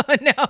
no